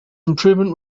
improvement